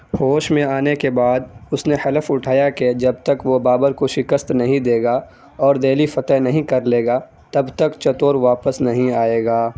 ہوش میں آنے کے بعد اس نے حلف اٹھایا کہ جب تک وہ بابر کو شکست نہیں دے گا اور دہلی فتح نہیں کر لے گا تب تک چتور واپس نہیں آئے گا